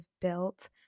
built